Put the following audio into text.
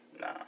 Nah